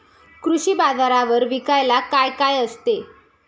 कृषी बाजारावर विकायला काय काय असते?